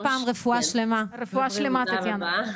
תודה רבה.